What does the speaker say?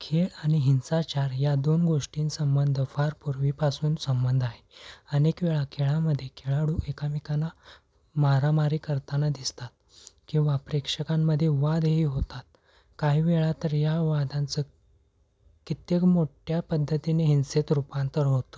खेळ आणि हिंसाचार या दोन गोष्टीं संबंध फारपूर्वीपासून संबंध आहे अनेक वेळा खेळामध्ये खेळाडू एकामेकांना मारामारी करताना दिसतात किंवा प्रेक्षकांमध्ये वादही होतात काही वेळा तर या वादांचं कित्येक मोठ्या पद्धतीने हिंसेत रूपांतर होतं